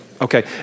Okay